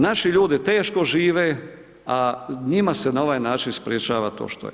Naši ljudi teško žive, a njima se na ovaj način sprječava to što je.